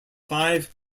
five